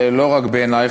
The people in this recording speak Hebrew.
לא רק בעיני,